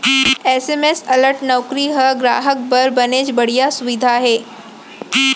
SMS alert नउकरी ह गराहक बर बनेच बड़िहा सुबिधा हे